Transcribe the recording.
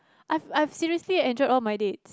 I I seriously enjoyed all my dates